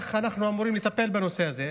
איך אנחנו אמורים לטפל בנושא הזה?